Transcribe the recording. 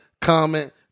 Comment